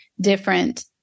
different